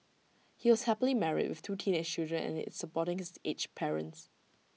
he was happily married with two teenage children and he is supporting his aged parents